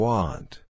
Want